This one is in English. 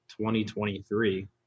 2023